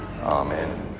Amen